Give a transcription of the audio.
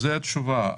זו התשובה.